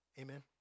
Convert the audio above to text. Amen